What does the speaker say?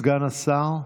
סגן השר,